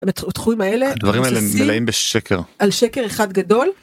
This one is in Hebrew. בתחומים האלה..הדברים האלה מלאים בשקר על שקר אחד גדול.